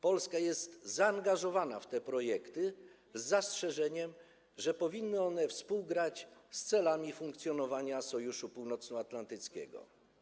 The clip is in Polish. Polska jest zaangażowana w te projekty, z zastrzeżeniem że powinny one współgrać z celami funkcjonowania Sojuszu Północnoatlantyckiego.